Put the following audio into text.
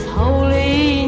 holy